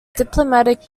diplomatic